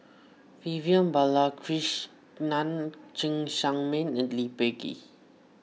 Vivian Balakrishnan Cheng Tsang Man and Lee Peh Gee